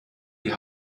die